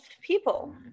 people